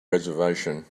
reservation